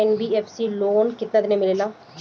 NBFC loan केतना दिन मे मिलेला?